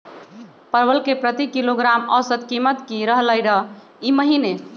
परवल के प्रति किलोग्राम औसत कीमत की रहलई र ई महीने?